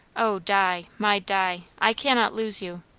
oh di, my di! i cannot lose you!